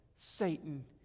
Satan